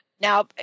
Now